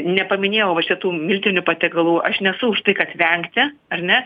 nepaminėjau va šitų miltinių patiekalų aš nesu už tai kad vengti ar ne